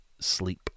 sleep